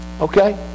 Okay